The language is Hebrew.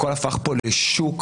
הכול הפך כאן לשוק.